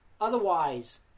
Otherwise